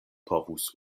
povus